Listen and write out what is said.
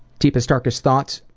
deepest darkest thoughts?